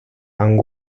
and